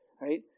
right